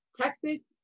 Texas